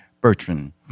Bertrand